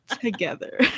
Together